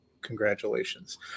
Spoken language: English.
congratulations